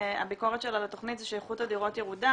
הביקורת שלו על התכנית זה שאיכות הדירות ירודה,